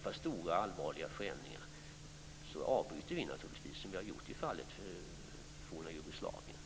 Om stora och allvarliga förändringar inträffar avbryter vi naturligtvis leveranserna, som vi har gjort i fallet forna Jugoslavien.